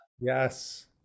Yes